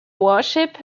warships